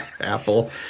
apple